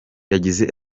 yagize